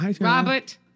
Robert